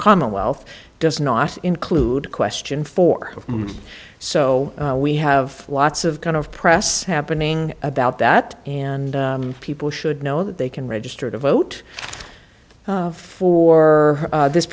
commonwealth does not include question for so we have lots of kind of press happening about that and people should know that they can register to vote for this